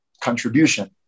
contribution